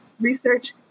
research